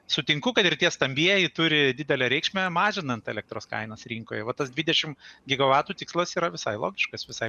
sutinku kad ir tie stambieji turi didelę reikšmę mažinant elektros kainas rinkoje va tas dvidešim gigavatų tikslas yra visai logiškas visai